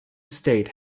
state